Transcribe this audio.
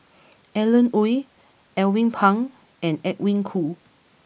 Alan Oei Alvin Pang and Edwin Koo